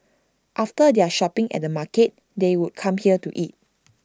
after their shopping at the market they would come here to eat